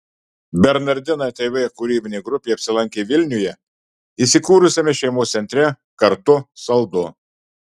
bernardinai tv kūrybinė grupė apsilankė vilniuje įsikūrusiame šeimos centre kartu saldu